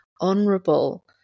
honorable